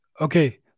okay